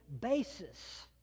basis